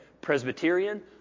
Presbyterian